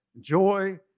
Joy